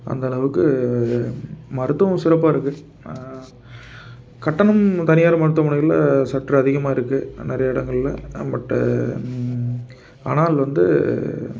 அந்தளவுக்கு மருத்துவம் சிறப்பாக இருக்குது கட்டணம் தனியார் மருத்துவமனைகளில் சற்று அதிகமாக இருக்குது நிறைய இடங்கள்ல மற்ற ஆனால் வந்து